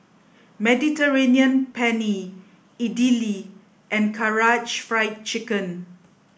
Mediterranean Penne Idili and Karaage Fried Chicken